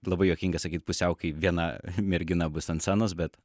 labai juokinga sakyt pusiau kai viena mergina bus ant scenos bet